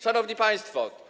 Szanowni Państwo!